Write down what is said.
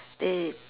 they